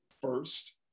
first